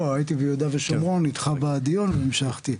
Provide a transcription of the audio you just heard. לא, הייתי ביהודה ושומרון, איתך בדיון, והמשכתי.